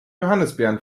johannisbeeren